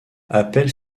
appelle